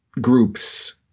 groups